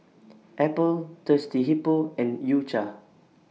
Apple Thirsty Hippo and U Cha